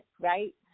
right